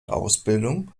ausbildung